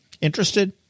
Interested